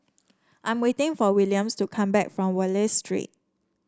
I am waiting for Williams to come back from Wallich Street